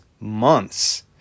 months